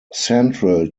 central